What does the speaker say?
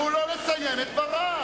תנו לו לסיים את דבריו.